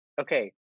okay